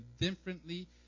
differently